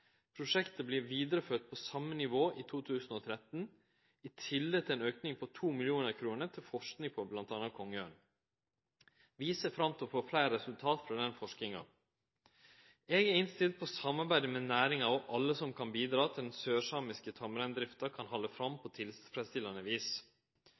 prosjektet. Prosjektet vert vidareført på same nivå i 2013, i tillegg til ein auke på 2 mill. kr til forsking på m.a. kongeørn. Vi ser fram til å få fleire resultat frå denne forskinga. Eg er innstilt på å samarbeide med næringa og med alle som kan bidra til at den sørsamiske tamreindrifta kan halde fram